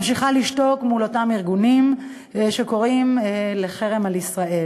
היא ממשיכה לשתוק מול אותם ארגונים שקוראים לחרם על ישראל,